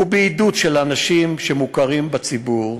בעידוד של אנשים שמוכרים בציבור,